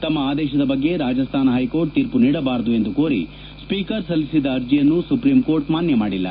ತಮ್ಮ ಆದೇಶದ ಬಗ್ಗೆ ರಾಜಸ್ತಾನ ಹೈಕೋರ್ಟ್ ತೀರ್ಮ ನೀಡಬಾರದು ಎಂದು ಕೋರಿ ಸ್ವೀಕರ್ ಸಲ್ಲಿಬಿದ್ದ ಅರ್ಜಿಯನ್ನು ಸುಪ್ರೀಂಕೋರ್ಟ್ ಮಾನ್ಯ ಮಾಡಿಲ್ಲ